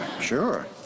Sure